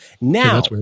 Now